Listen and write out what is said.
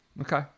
Okay